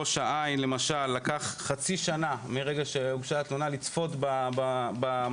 למשל בראש העין לקח חצי שנה מרגע שהוגשה התלונה לצפות במצלמות.